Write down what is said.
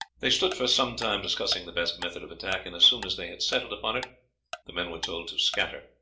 they stood for some time discussing the best method of attack, and as soon as they had settled upon it the men were told to scatter.